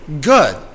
good